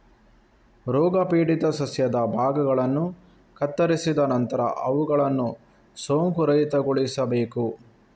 ರೋಗಪೀಡಿತ ಸಸ್ಯದ ಭಾಗಗಳನ್ನು ಕತ್ತರಿಸಿದ ನಂತರ ಅವುಗಳನ್ನು ಸೋಂಕುರಹಿತಗೊಳಿಸಬೇಕು